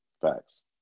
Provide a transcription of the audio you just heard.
Facts